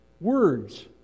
Words